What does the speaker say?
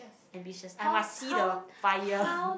ambitious I must see the fire